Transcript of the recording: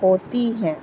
ہوتی ہیں